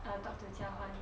I'll talk to jia huan